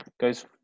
goes